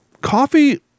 coffee